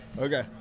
Okay